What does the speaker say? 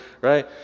right